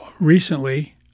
recently